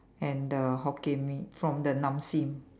and the Hokkien Mee from the Nam Sing